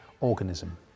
organism